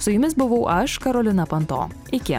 su jumis buvau aš karolina panto iki